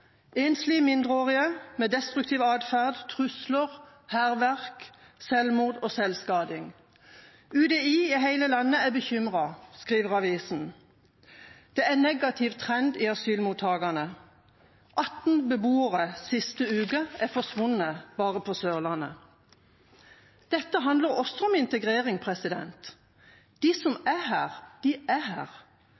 Enslige mindreårige med destruktiv atferd, trusler, hærverk, selvmord og selvskading. UDI over hele landet er bekymret, skriver avisen. Det er en negativ trend i asylmottakene. 18 beboere er forsvunnet siste uke, bare på Sørlandet. Dette handler også om integrering. De som